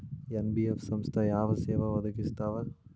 NBF ಸಂಸ್ಥಾ ಯಾವ ಸೇವಾ ಒದಗಿಸ್ತಾವ?